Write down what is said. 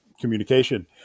communication